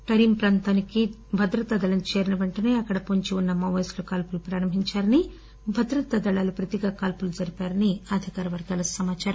Tarim ప్రాంతానికి భద్రతా దళం చేరిన వెంటనే అక్కడ పొంచివున్న మావోయిస్టులు కాల్పులు ప్రారంభిందారని భద్రతా దళాలు ప్రతిగా కాల్పులు జరిపారని అధికార వర్గాల సమాదారం